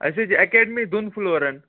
اَسہِ حظ چھِ اٮ۪کاڈمی دۄن فٕلورَن